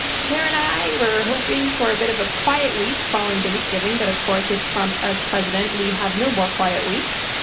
sarah and i were hoping for a bit of a quiet week following thanksgiving, but of course with trump as president, we have no more quiet weeks.